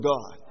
God